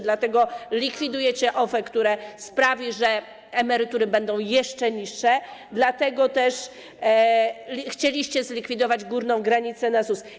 Dlatego likwidujecie OFE, co sprawi, że emerytury będą jeszcze niższe, dlatego też chcieliście zlikwidować górną granicę składek na ZUS.